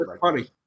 funny